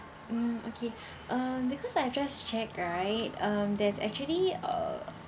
mm okay um because I've just check right um there's actually uh